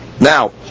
now